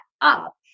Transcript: up